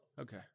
Okay